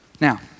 Now